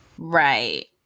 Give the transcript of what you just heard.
Right